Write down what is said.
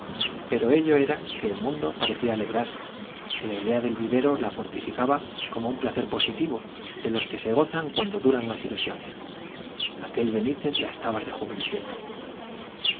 pero ello era que el mundo parecía alegrarse que la idea del vivero la fortificaba como un placer positivo de los que se gozan cuando duran las ilusiones aquel benítez la estaba rejuveneciendo